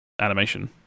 animation